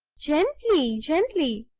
gently gently!